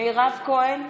מירב כהן,